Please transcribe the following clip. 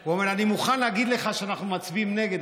הוא אמר: אני מוכן להגיד לך שאנחנו מצביעים נגד,